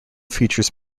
features